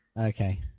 Okay